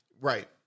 Right